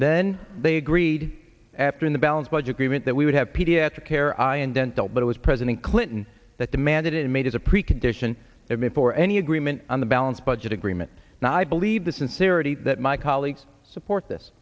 then they agreed after in the balanced budget agreement that we would have pediatric care i am dental but it was president clinton that demanded and made as a precondition and therefore any agreement on the balanced budget agreement now i believe the sincerity that my colleagues support this